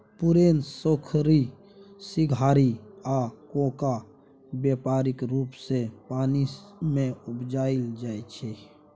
पुरैण, सोरखी, सिंघारि आ कोका बेपारिक रुप सँ पानि मे उपजाएल जाइ छै